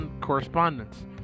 correspondence